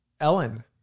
Ellen